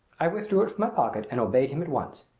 i withdrew it from my pocket and obeyed him at once.